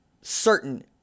certain